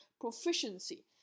proficiency